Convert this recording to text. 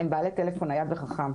הם בעלי טלפון נייד וחכם.